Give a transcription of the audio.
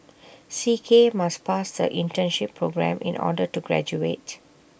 C K must pass the internship programme in order to graduate